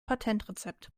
patentrezept